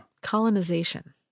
colonization